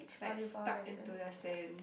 like stuck into the sand